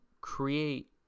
create